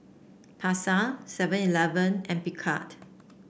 Pasar Seven Eleven and Picard